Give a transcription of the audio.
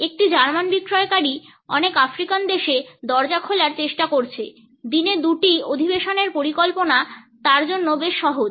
একটি জার্মান বিক্রয়কারী অনেক আফ্রিকান দেশে দরজা খোলার চেষ্টা করছে দিনে দুটি অধিবেশনের পরিকল্পনা তার জন্য বেশ সহজ